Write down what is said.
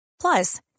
Plus